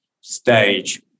stage